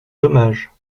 dommage